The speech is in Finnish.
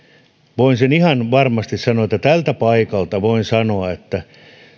voin sen ihan varmasti sanoa tältä paikalta voin sanoa että